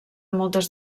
moltes